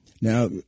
Now